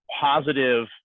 positive